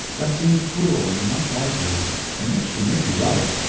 that seemed cruel and not like her and yet she may be right.